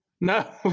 No